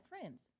friends